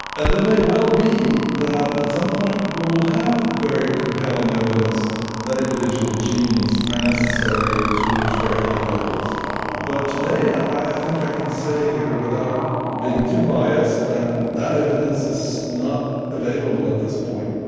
and there well be that at some point we will have very compelling evidence that individual genes are necessary to reach very high levels but today i think i can say here without being too biased that that evidence is not available at this point.